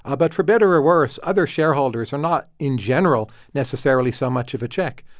ah but for better or worse, other shareholders are not in general necessarily so much of a check.